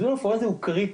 זיהוי פורנזי הוא קריטי,